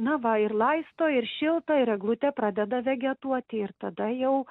na va ir laisto ir šilta ir eglutė pradeda vegetuoti ir tada jau